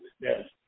yes